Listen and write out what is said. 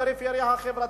הוצאתם את הפריפריה החברתית.